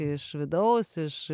iš vidaus iš